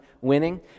winning